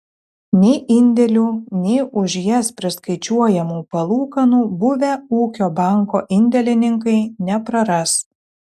nei indėlių nei už jas priskaičiuojamų palūkanų buvę ūkio banko indėlininkai nepraras